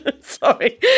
Sorry